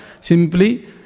simply